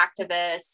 activists